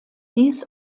dies